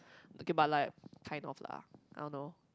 okay but like kind of lah I don't know